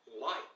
light